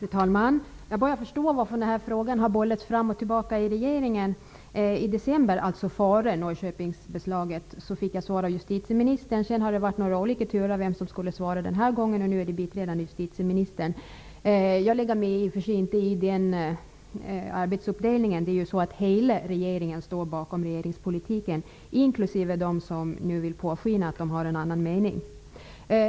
Fru talman! Jag börjar förstå varför den här frågan har bollats fram och tillbaka i regeringen. I december, alltså före Norrköpingsbeslaget, fick jag svar av justitieministern på en fråga. Sedan har det varit några olika turer om vem som skulle svara den här gången. Det blev biträdande justitieministern. Jag lägger mig i och för sig inte i den arbetsuppdelningen. Hela regeringen står ju bakom regeringspolitiken, inklusive de som nu vill påskina att de har en annan mening.